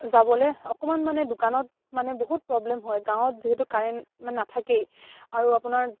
যাবলে অকমান মানে দোকানত মানে বহুত প্ৰব্লেম হয় গাঁৱত যিহেতু কাৰেণ্ট মানে নাথাকেই আৰু আপোনাৰ